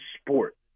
sport